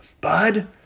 bud